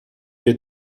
your